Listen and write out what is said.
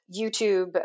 YouTube